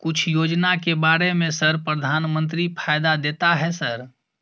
कुछ योजना के बारे में सर प्रधानमंत्री फायदा देता है सर?